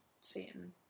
Satan